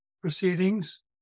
proceedings